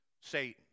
Satan